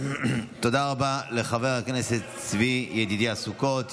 תודה רבה לחבר הכנסת צבי ידידיה סוכות.